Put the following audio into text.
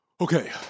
Okay